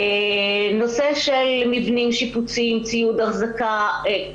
נושא של מבנים, שיפוצים, ציוד, אחזקה תהלה,